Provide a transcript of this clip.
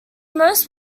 most